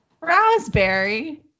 Raspberry